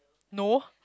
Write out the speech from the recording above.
no